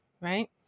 right